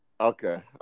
Okay